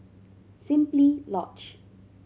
Simply Lodge